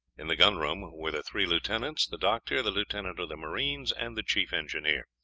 in the gun room were the three lieutenants, the doctor, the lieutenant of the marines, and the chief engineer.